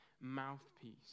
mouthpiece